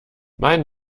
mein